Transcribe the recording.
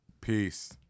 Peace